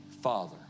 father